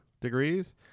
degrees